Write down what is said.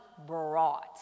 Brought